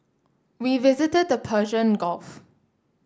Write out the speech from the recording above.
we visited the Persian Gulf